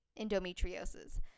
endometriosis